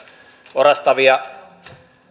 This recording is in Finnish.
orastavia